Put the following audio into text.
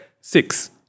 Six